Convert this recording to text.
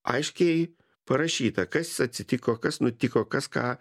aiškiai parašyta kas atsitiko kas nutiko kas ką